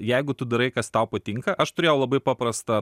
jeigu tu darai kas tau patinka aš turėjau labai paprastą